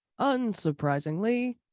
Unsurprisingly